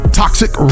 toxic